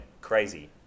crazy